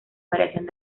variación